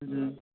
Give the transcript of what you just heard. जी